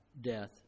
death